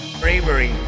Bravery